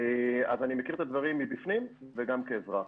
אז אני מכיר את הדברים מבפנים וגם כאזרח.